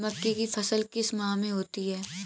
मक्के की फसल किस माह में होती है?